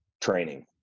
training